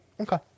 Okay